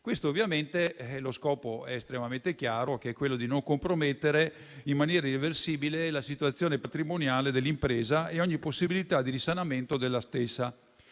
Eurovita SpA. Lo scopo è estremamente chiaro ed è quello di non compromettere in maniera irreversibile la situazione patrimoniale dell'impresa e ogni sua possibilità di risanamento, con